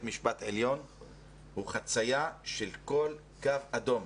המשפט העליון הוא חציה של כל קו אדום.